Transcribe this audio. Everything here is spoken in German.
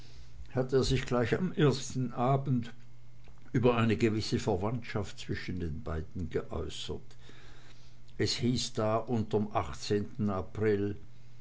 hatte er sich gleich am ersten abend über eine gewisse verwandtschaft zwischen den beiden geäußert es hieß da unterm april